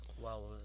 Wow